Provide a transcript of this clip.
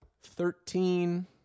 Thirteen